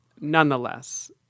Nonetheless